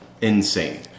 insane